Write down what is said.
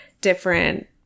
different